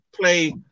play